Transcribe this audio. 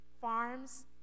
farms